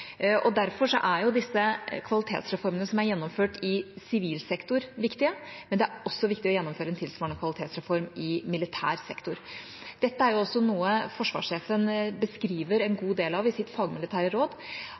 Derfor er de kvalitetsreformene som er gjennomført i sivil sektor, viktige. Men det er også viktig å gjennomføre en tilsvarende kvalitetsreform i militær sektor. Dette er også noe forsvarssjefen beskriver en god del av i sitt fagmilitære råd.